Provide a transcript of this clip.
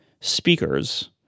speakers